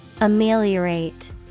ameliorate